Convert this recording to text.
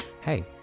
hey